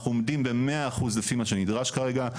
אנחנו עומדים ב-100 אחוז לפי מה שנדרש כרגע,